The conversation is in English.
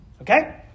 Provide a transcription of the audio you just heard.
Okay